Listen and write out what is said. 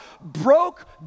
broke